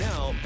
Now